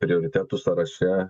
prioritetų sąraše